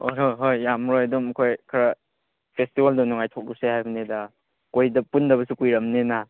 ꯍꯣꯏ ꯍꯣꯏ ꯍꯣꯏ ꯌꯥꯝꯃꯔꯣꯏ ꯑꯗꯨꯝ ꯑꯩꯈꯣꯏ ꯈꯔ ꯐꯦꯁꯇꯤꯚꯦꯜꯗ ꯅꯨꯡꯉꯥꯏꯊꯣꯛꯂꯨꯁꯤ ꯍꯥꯏꯕꯅꯤꯗ ꯀꯣꯏꯗ ꯄꯨꯟꯗꯕꯁꯨ ꯀꯨꯏꯔꯕꯅꯤꯅ